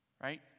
Right